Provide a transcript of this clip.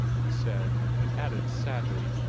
he said, and added sadly,